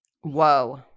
Whoa